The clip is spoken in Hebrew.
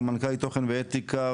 סמנכ"ל תוכן ואתיקה,